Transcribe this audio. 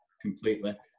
completely